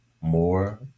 more